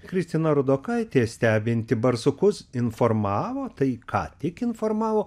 kristina rudokaitė stebinti barsukus informavo tai ką tik informavo